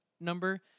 number